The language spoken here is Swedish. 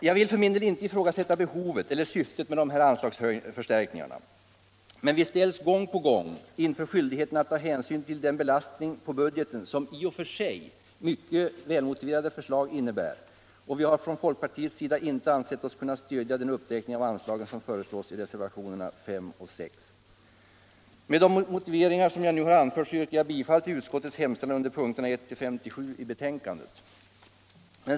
Jag vill för min del inte ifrågasätta behovet eller syftet med dessa anslagsförstärkningar, men vi ställs gång på gång inför skyldigheten att ta hänsyn till den belastning på budgeten som i och för sig mycket välmotiverade förslag innebär. Vi har från folkpartiets sida inte ansett oss kunna stödja den uppräkning av anslagen som föreslås i reservationerna 5 och 6. Med de motiveringar jag nu anfört yrkar jag bifall till utskottets hemställan under punkterna 1-57 i betänkandet.